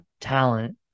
talent